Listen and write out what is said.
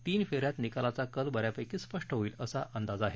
तीन फेऱ्यात निकालाचा कल बऱ्यापैकी स्पष्ट होईल असा अंदाज आहे